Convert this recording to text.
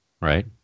right